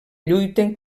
lluiten